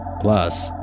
Plus